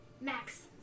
Max